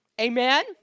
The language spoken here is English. Amen